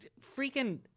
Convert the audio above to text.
Freaking